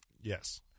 Yes